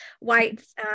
Whites